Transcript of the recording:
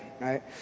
right